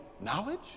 knowledge